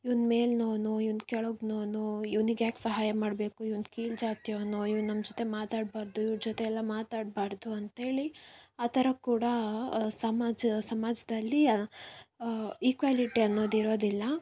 ಇವ್ನು ಮೇಲಿನವ್ನು ಇವ್ನು ಕೆಳಗಿನವ್ನು ಇವ್ನಿಗೆ ಯಾಕೆ ಸಹಾಯ ಮಾಡಬೇಕು ಇವ್ನು ಕೀಳು ಜಾತಿಯವನು ಇವ್ನು ನಮ್ಮ ಜೊತೆ ಮಾತಾಡಬಾರ್ದು ಇವ್ರ ಜೊತೆ ಎಲ್ಲ ಮಾತಾಡಬಾರ್ದು ಅಂತ್ಹೇಳಿ ಆ ಥರ ಕೂಡ ಸಮಾಜ ಸಮಾಜದಲ್ಲಿ ಇಕ್ವಾಲಿಟಿ ಅನ್ನೋದು ಇರೋದಿಲ್ಲ